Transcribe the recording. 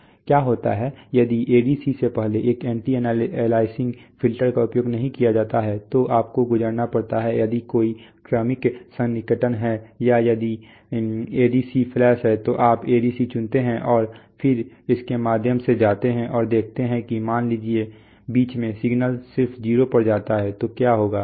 क्या होता है यदि ADC से पहले एक एंटी अलियासिंग फिल्टर का उपयोग नहीं किया जाता है तो आपको गुजरना पड़ता है यदि कोई क्रमिक सन्निकटन है या यदि एडीसी फ्लैश है तो आप एडीसी चुनते हैं और फिर इसके माध्यम से जाते हैं और देखते हैं कि मान लीजिए बीच में सिग्नल सिर्फ 0 पर जाता है तो क्या होगा